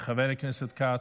רון כץ,